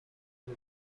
the